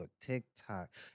TikTok